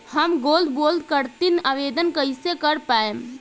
हम gold bond करतिं आवेदन कइसे कर पाइब?